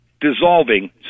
dissolving